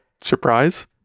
surprise